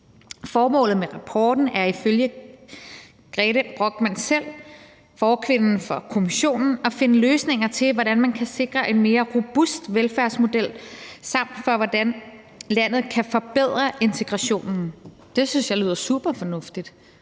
Formålet med rapporten er ifølge Grete Brochmann selv, forkvinden for kommissionen, at finde løsninger til, hvordan man kan sikre en mere robust velfærdsmodel, samt hvordan landet kan forbedre integrationen. Det synes jeg lyder superfornuftigt.